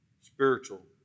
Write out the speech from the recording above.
spiritual